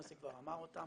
יוסי כבר אמר אותם,